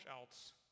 else